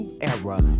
Era